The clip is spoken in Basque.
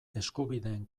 eskubideen